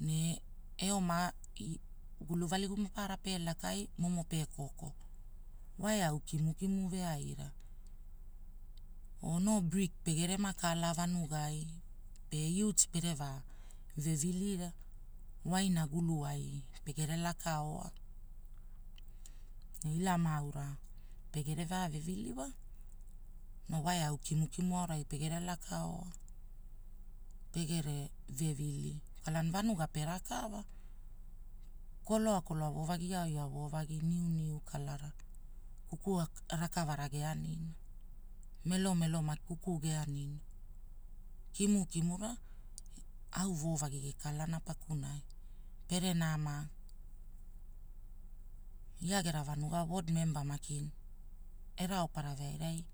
ne eoma gulu valigu mapara pe lakai, momo pekoko. Wa eau kimu kimu veaira, oo noo brik pegerema kala vanugai, pe utti pere vaa, vevilira, waina gulwai pegere lakaoa. Ne ila maaura, pegere vaa vevili wa. Wa eau au kimu kimu rai pegere lakaoa. Pegere, vevili kwalana vanua perakava, koloa koloa voo vagi ao iao vovagi niuniu kalara, kuku rakavara geanina, melomelo maki kuku geanina, kimukimura, au woo vagi gekalana pakunai. Pere nama. Ia gena vanua wod memba maki, erao para veairai